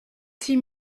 six